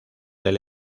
del